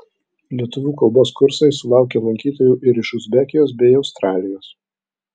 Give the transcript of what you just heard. lietuvių kalbos kursai sulaukė lankytojų ir iš uzbekijos bei australijos